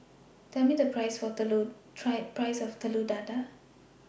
Tell Me The Price of Telur Dadah